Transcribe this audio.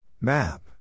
Map